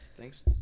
thanks